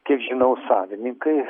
kiek žinau savininkai